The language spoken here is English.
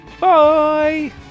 Bye